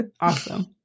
awesome